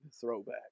Throwback